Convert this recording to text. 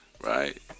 right